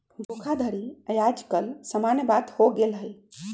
धोखाधड़ी याज काल समान्य बात हो गेल हइ